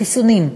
חיסונים,